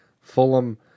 Fulham